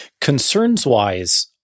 Concerns-wise